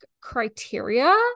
criteria